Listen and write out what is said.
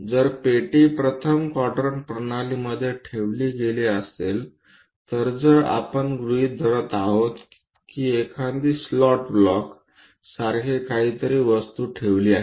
जर पेटी प्रथम क्वाड्रंट प्रणालीमध्ये ठेवली गेली असेल तर जर आपण गृहित धरत आहोत की एखादी स्लॉट ब्लॉक सारखे काहीतरी दुसरी वस्तू ठेवली आहे